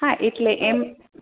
હા એટલે એમ